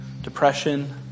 depression